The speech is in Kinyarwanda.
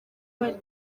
bari